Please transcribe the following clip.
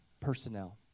personnel